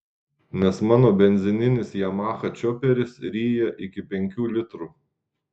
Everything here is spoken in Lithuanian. nes mano benzininis yamaha čioperis ryja iki penkių litrų